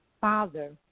father